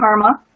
karma